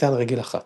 קפיצה על רגל אחת.